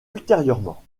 ultérieurement